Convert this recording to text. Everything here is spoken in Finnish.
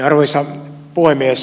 arvoisa puhemies